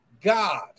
God